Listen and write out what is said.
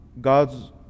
God's